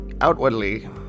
outwardly